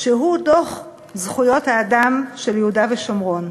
שהוא דוח זכויות האדם של יהודה ושומרון.